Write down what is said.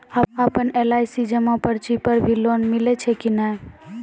आपन एल.आई.सी जमा पर्ची पर भी लोन मिलै छै कि नै?